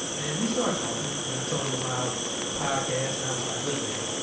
and, we started talking and i told him about the podcast, and i was like, look, man,